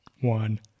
one